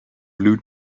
blue